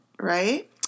right